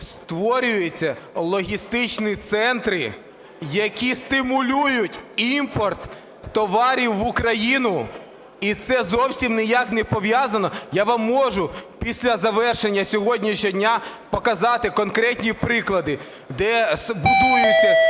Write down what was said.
створюються логістичні центри, які стимулюють імпорт товарів в Україну. І це зовсім ніяк не пов'язано... Я вам можу після завершення сьогоднішнього дня показати конкретні приклади, де будуються